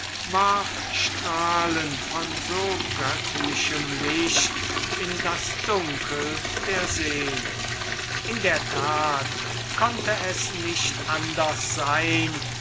strahlen von so göttlichem licht in das dunkel der seele in der tat konnte es nicht anderst sein